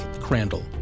Crandall